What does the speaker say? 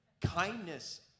kindness